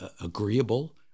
agreeable